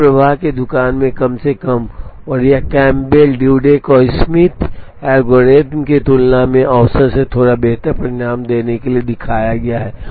एक प्रवाह की दुकान में कम से कम और यह कैम्पबेल ड्यूडेक और स्मिथ एल्गोरिथ्म की तुलना में औसत से थोड़ा बेहतर परिणाम देने के लिए दिखाया गया है